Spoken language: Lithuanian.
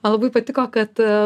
labai patiko kad